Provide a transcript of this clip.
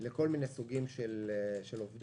לכל מיני סוגים של עובדים.